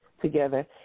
together